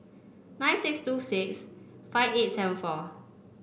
nine six two six five eight seven four